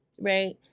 Right